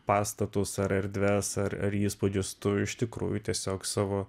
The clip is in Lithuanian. pastatus ar erdves ar ar įspūdžius tu iš tikrųjų tiesiog savo